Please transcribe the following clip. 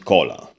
Cola